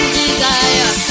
desire